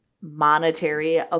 monetary